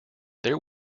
there